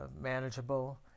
manageable